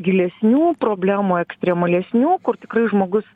gilesnių problemų ekstremalesnių kur tikrai žmogus